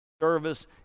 service